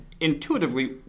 intuitively